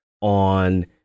on